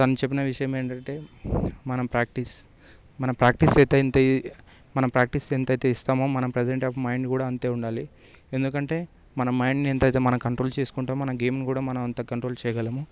తను చెప్పిన విషయం ఏంటంటే మనం ప్రాక్టీస్ మనం ప్రాక్టీస్ చేస్తే ఇంత ఇది మనం ప్రాక్టీస్ ఎంత అయితే ఇస్తామో మనం ప్రెజంట్ ఆఫ్ మైండ్ కూడా అంతే ఉండాలి ఎందుకంటే మనం మైండ్ని ఎంత అయితే మనం కంట్రోల్ చేసుకుంటే మన గేమును కూడా మనం అంత కంట్రోల్ చేయగలము